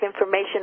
information